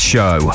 Show